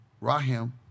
Rahim